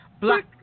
Black